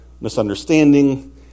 misunderstanding